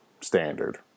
standard